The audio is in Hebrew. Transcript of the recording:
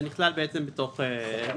זה נכלל בתוך (1).